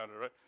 right